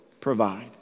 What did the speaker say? provide